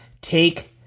take